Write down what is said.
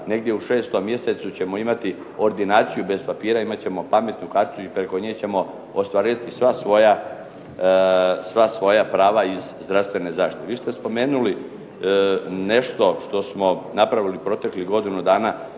negdje u 6. mjesecu ćemo imati ordinaciju bez papira, imat ćemo pametnu karticu i preko nje ćemo ostvarivati sva svoja prava iz zdravstvene zaštite. Vi ste spomenuli nešto što smo napravili proteklih godinu dana,